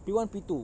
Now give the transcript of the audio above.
P one P two